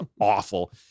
awful